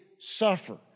suffer